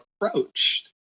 approached